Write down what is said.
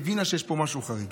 היא הבינה שיש פה משהו חריג.